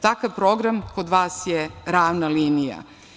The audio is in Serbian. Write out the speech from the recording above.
Takav program kod vas je ravna linija.